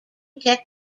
tech